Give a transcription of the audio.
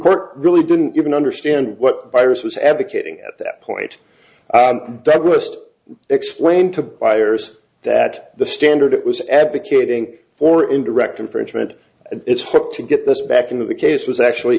court really didn't even understand what virus was advocating at that point douglas explained to buyers that the standard it was advocating for in direct infringement and its hope to get this back into the case was actually